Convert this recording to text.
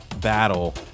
battle